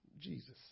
Jesus